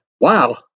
Wow